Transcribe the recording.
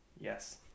Yes